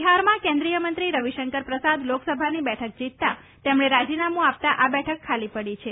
બિહારમાં કેન્દ્રિયમંત્રી રવિશંકર પ્રસાદ લોકસભાની બેઠક જીતતા તેમણે રાજીનામું આપતા આ બેઠક ખાલી પડી છે